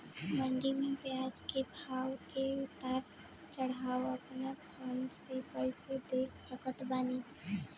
मंडी मे प्याज के भाव के उतार चढ़ाव अपना फोन से कइसे देख सकत बानी?